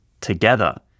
together